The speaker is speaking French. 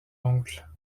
oncle